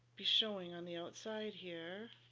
be showing on the outside here.